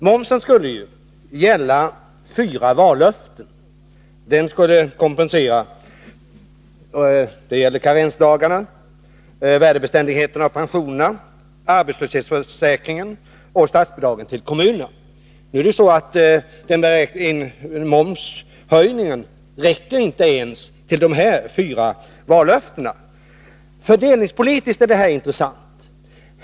Momsen skulle ju gälla fyra vallöften: karensdagarna, värdebeständigheten av pensionerna, arbetslöshetsförsäkringen och statsbidraget till kommunerna. Nu är det så att momshöjningen inte ens räcker till för att finansiera dessa fyra vallöften. Fördelningspolitiskt är detta intressant.